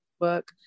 work